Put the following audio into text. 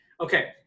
Okay